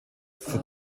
für